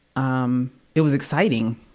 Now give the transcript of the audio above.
um it was exciting.